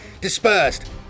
dispersed